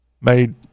made